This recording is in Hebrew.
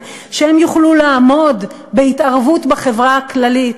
שהם יוכלו לעמוד בהתערבות בחברה הכללית,